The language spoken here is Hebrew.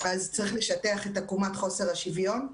אז צריך לשטח את עקומת חוסר השוויון.